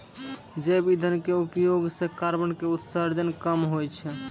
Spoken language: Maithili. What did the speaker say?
जैव इंधन के उपयोग सॅ कार्बन के उत्सर्जन कम होय छै